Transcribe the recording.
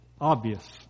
obvious